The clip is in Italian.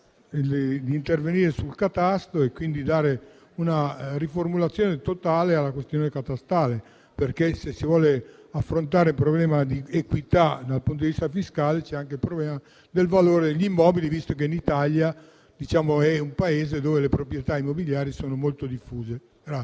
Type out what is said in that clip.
di intervenire sul catasto, dando una riformulazione totale alla questione catastale. Se, infatti, si vuole affrontare il problema di equità dal punto di vista fiscale, vi è da affrontare anche il problema del valore degli immobili, visto che l'Italia è un Paese dove le proprietà immobiliari sono molto diffuse.